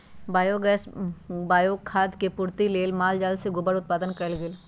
biogas, bio खाद के पूर्ति लेल माल जाल से गोबर उत्पादन कएल गेल